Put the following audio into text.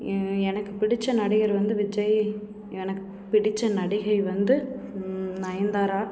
எனக்கு பிடித்த நடிகர் வந்து விஜய் எனக்கு பிடித்த நடிகை வந்து நயன்தாரா